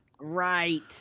Right